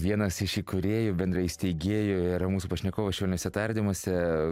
vienas iš įkūrėjų bendraįsteigėjų yra mūsų pašnekovas švelniuose tardymuose